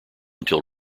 until